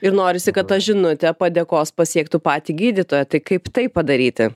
ir norisi kad ta žinutė padėkos pasiektų patį gydytoją tai kaip tai padaryti